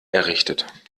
errichtet